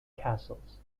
castles